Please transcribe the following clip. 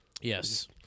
yes